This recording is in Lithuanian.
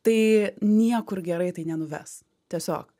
tai niekur gerai tai nenuves tiesiog